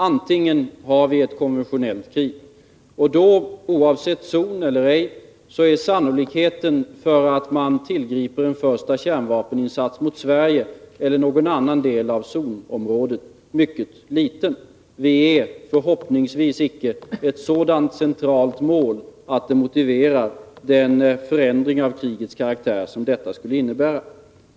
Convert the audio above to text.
Antingen har vi ett konventionellt krig, och då — oavsett om det finns en zon eller ej — är sannolikheten för att man tillgriper en första kärnvapeninsats mot Sverige eller någon annan del av området mycket liten. Vi är förhoppningsvis icke ett så centralt mål att det anses motiverat med den förändring av krigets karaktär som en sådan insats skulle innebära.